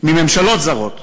מממשלות זרות,